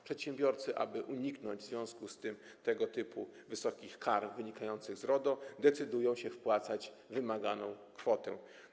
Przedsiębiorcy, aby uniknąć w związku z tym wysokich kar wynikających z RODO, decydują się wpłacać wymaganą kwotę.